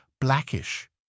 Blackish